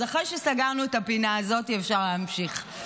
אז אחרי שסגרנו את הפינה הזאת, אפשר להמשיך.